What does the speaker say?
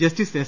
justice S